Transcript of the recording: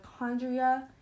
mitochondria